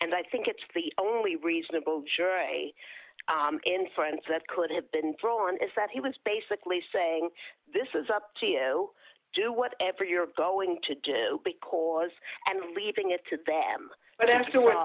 and i think it's the only reasonable juror a inference that could have been drawn is that he was basically saying this is up to you do whatever you're going to do because and leaving it to them but afterward